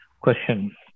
question